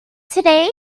today